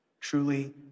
truly